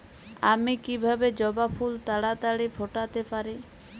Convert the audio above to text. আমি কিভাবে জবা ফুল তাড়াতাড়ি ফোটাতে পারি?